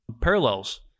parallels